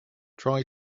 try